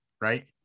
right